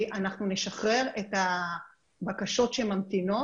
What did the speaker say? אנחנו נשחרר את הבקשות שממתינות.